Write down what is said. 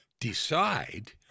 decide